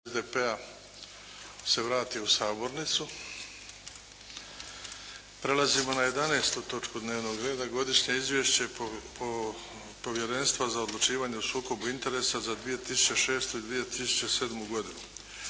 **Bebić, Luka (HDZ)** Prelazimo na 11. točku dnevnog reda –- Godišnje izvješće Povjerenstva za odlučivanje o sukobu interesa za 2006. i 2007. godinu